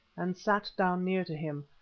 and sat down near to him.